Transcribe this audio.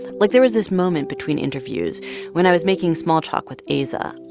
like, there was this moment between interviews when i was making small talk with aza.